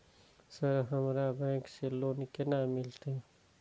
Sir हमरा bank से loan केना मिलते?